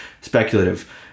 speculative